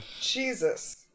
Jesus